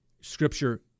Scripture